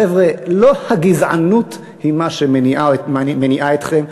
חבר'ה, לא הגזענות היא שמניעה אתכם.